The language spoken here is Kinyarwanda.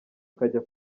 ukajya